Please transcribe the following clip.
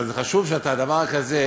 אבל זה חשוב שדבר כזה,